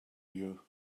you